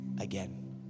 again